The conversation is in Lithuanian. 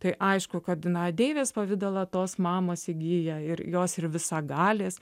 tai aišku kad na deivės pavidalą tos mamos įgyja ir jos ir visagalės